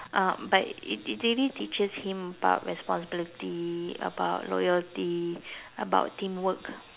uh but it it it really teaches him about responsibility about loyalty about teamwork